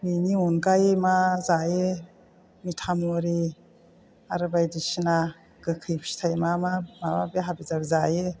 बेनि अनगायै मा जायो मिथामुरि आरो बायदिसिना गोखै फिथाइ मा मा माबा हाबि जाबि जायो